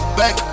back